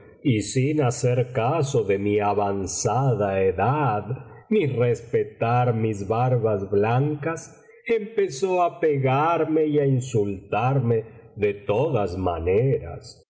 y sin hacer caso de mi avanzada edad ni respetar mis barbas blancas empezó á pegarme y á insultarme de todas maneras